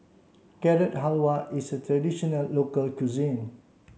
Carrot Halwa is a traditional local cuisine